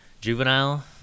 Juvenile